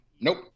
nope